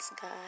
God